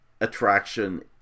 attraction